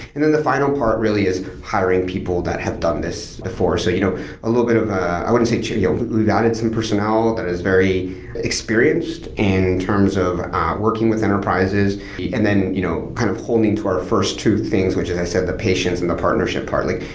and then the final part really is hiring people that have done this before. so you know a little bit of, i wouldn't say. you know we've added some personnel that is very experienced in terms of working with enterprises and then you know kind of holding to our first two things, which is i said the patience and the partnership part. like